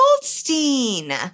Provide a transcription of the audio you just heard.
Goldstein